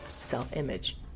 self-image